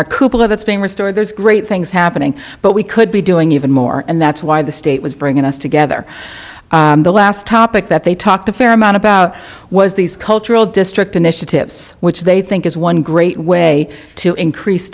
it's being restored there's great things happening but we could be doing even more and that's why the state was bringing us together the last topic that they talked a fair amount about was these cultural district initiative which they think is one great way to increase